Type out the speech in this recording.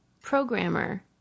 programmer